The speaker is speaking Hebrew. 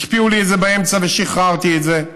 הקפיאו לי את זה באמצע, ושחררתי את זה,